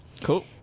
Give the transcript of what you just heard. Cool